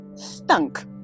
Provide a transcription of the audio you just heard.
stunk